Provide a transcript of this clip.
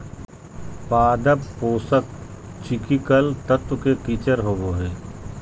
पादप पोषक चिकिकल तत्व के किचर होबो हइ